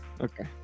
Okay